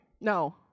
no